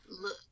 look